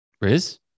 Riz